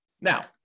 Now